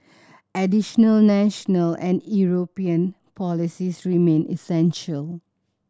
additional national and European policies remain essential